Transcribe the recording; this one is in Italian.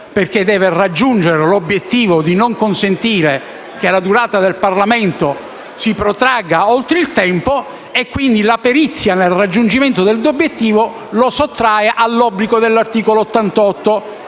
perché deve raggiungere l'obiettivo di non consentire che la durata della legislatura si protragga oltre il tempo e, quindi, la perizia nel raggiungimento dell'obiettivo lo sottrae all'obbligo costituzionale